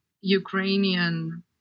Ukrainian